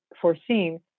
foreseen